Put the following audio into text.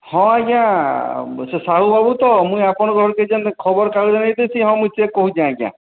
ହଁ ଆଜ୍ଞା ସେ ସାହୁ ବାବୁ ତ ମୁଁ ଆପଣଙ୍କ ଘର୍କେ ଯେନ୍ ଖବର କାଗଜ ନେଇଥିସି ହଁ ମୁଁ ସିଏ କହୁଛି ଆଜ୍ଞା